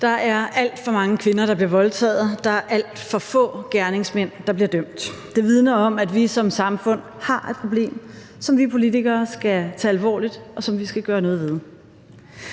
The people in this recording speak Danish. Der er alt for mange kvinder, der bliver voldtaget, og der er alt for få gerningsmænd, der bliver dømt. Det vidner om, at vi som samfund har et problem, som vi politikere skal tage alvorligt, og som vi skal gøre noget ved.